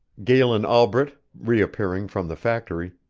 galen albret, reappearing from the factory,